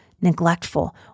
neglectful